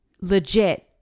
legit